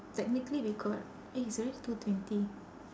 technically we got eh it's already two twenty